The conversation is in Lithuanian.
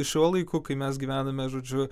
šiuo laiku kai mes gyvename žodžiu